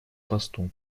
посту